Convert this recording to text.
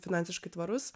finansiškai tvarus